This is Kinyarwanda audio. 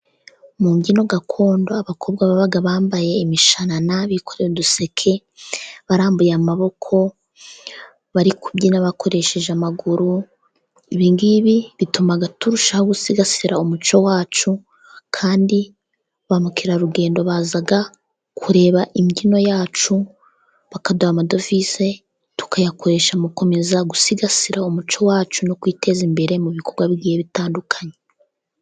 Mu mbyino gakondo abakobwa babaga bambaye imishanana bikoreye uduseke, barambuye amaboko, bari kubyina bakoresheje amaguru, ibingibi bituma turushaho gusigasira umuco wacu, kandi ba mukerarugendo baza kureba imbyino yacu, bakaduha amadovize ,tukayakoresha mu gukomeza gusigasira umuco wacu, no kwiteza imbere mu bikorwa bigiyehe bitandukanye.